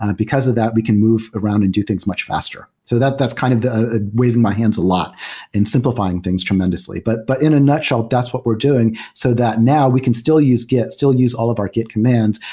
ah because of that, we can move around and do things much faster. so that's kind of waving my hands a lot and simplifying things tremendously. but but in a nutshell, that's what we're doing, so that now we can still use git, still use all of our git commands,